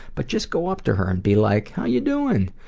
but just go up to her and be like how ya doin?